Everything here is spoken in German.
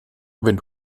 wenn